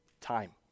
time